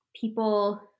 People